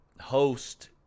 host